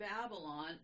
Babylon